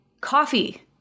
coffee